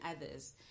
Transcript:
others